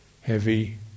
Heavy